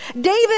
David